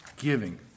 Giving